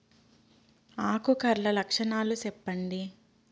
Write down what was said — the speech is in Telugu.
ఆకు కర్ల లక్షణాలు సెప్పండి